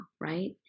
right